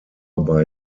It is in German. bei